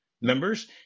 members